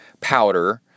powder